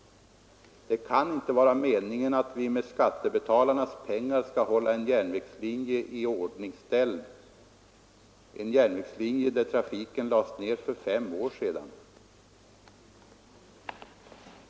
Det kan inte vara meningen att vi med skattebetalarnas pengar skall hålla en järnvägslinje, där trafiken lades ned för fem år sedan, i ordning.